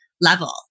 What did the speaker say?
level